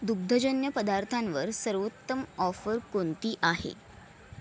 दुग्धजन्य पदार्थांवर सर्वोत्तम ऑफर कोणती आहे